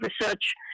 research